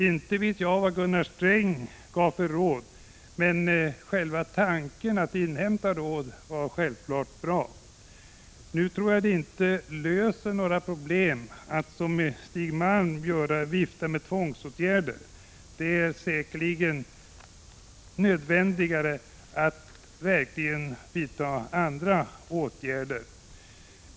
Inte vet jag vad Gunnar Sträng gav för råd, men tanken att inhämta råd var självfallet bra. Nu tror jag inte att det löser några problem att vifta med tvångsåtgärder, som Stig Malm gör. Det finns säkert andra åtgärder som är mera verkningsfulla.